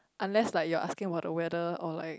unless like you're asking what the weather or like